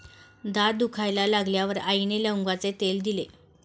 दात दुखायला लागल्यावर आईने लवंगाचे तेल दिले